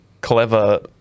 clever